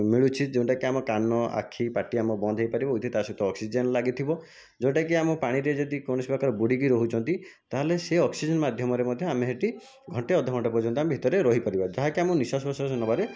ମିଳୁଛି ଯେଉଁଟାକି ଆମ କାନ ଆଖି ପାଟି ଆମ ବନ୍ଦ ହୋଇପାରିବ ୱିଥ୍ ତା' ସହିତ ଅକ୍ସିଜେନ ଲାଗିଥିବ ଯେଉଁଟାକି ଆମ ପାଣିରେ ଯଦି କୌଣସି ପ୍ରକାର ବୁଡ଼ିକି ରହୁଛନ୍ତି ତା'ହେଲେ ସେ ଅକ୍ସିଜେନ ମାଧ୍ୟମରେ ମଧ୍ୟ ଆମେ ସେଠି ଘଣ୍ଟେ ଅଧଘଣ୍ଟେ ପର୍ଯ୍ୟନ୍ତ ଆମେ ଭିତରେ ରହିପାରିବା ଯାହାକି ଆମକୁ ନିଃଶ୍ୱାସ ପ୍ରଶ୍ୱାସ ନେବାରେ